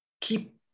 keep